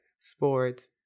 sports